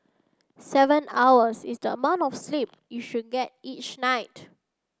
seven hours is the amount of sleep you should get each night